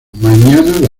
mañana